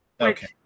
Okay